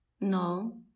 No